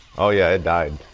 oh yeah it died.